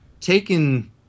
taken